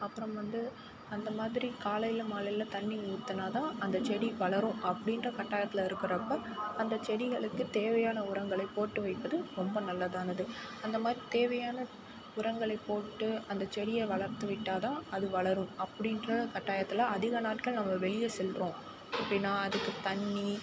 அப்புறம் வந்து அந்த மாதிரி காலையில் மாலையில் தண்ணிர் ஊற்றினா தான் அந்த செடி வளரும் அப்படின்ற கட்டாயத்தில் இருக்கிறப்ப அந்த செடிகளுக்கு தேவையான உரங்களை போட்டு வைப்பது ரொம்ப நல்லதானது அந்தமாதிரி தேவையான உரங்களை போட்டு அந்த செடியை வளர்த்து விட்டால் தான் அது வளரும் அப்படின்ற கட்டாயத்தில் அதிக நாட்கள் நம்ம வெளியே செல்கிறோம் எப்படின்னா அதுக்கு தண்ணிர்